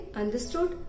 understood